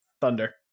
Thunder